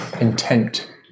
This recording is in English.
intent